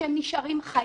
היא שהם נשארים חיים.